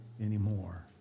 anymore